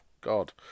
God